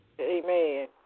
Amen